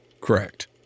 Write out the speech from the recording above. Correct